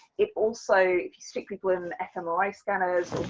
it also, if stick people in mri scanners,